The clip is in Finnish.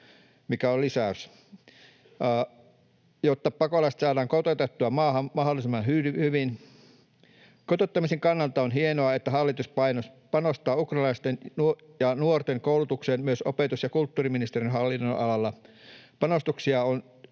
mikä on lisäys, jotta pakolaiset saadaan kotoutettua maahan mahdollisimman hyvin. Kotouttamisen kannalta on hienoa, että hallitus panostaa ukrainalaisten ja nuorten koulutukseen myös opetus- ja kulttuuriministeriön hallinnonalalla. Panostuksia on